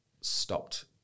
stopped